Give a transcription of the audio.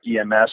EMS